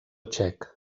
txec